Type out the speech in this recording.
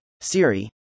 Siri